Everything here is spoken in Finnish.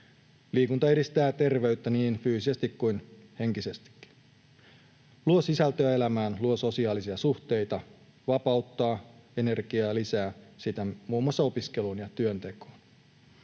Liikunta edistää terveyttä niin fyysisesti kuin henkisestikin, luo sisältöä elämään, luo sosiaalisia suhteita, vapauttaa energiaa ja lisää sitä muun muassa opiskeluun ja työntekoon.